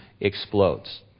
explodes